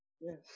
Yes